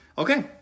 Okay